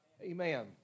Amen